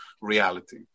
reality